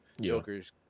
Joker's